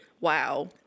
Wow